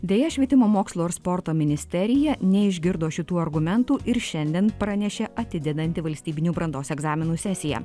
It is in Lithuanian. deja švietimo mokslo ir sporto ministerija neišgirdo šitų argumentų ir šiandien pranešė atidedanti valstybinių brandos egzaminų sesiją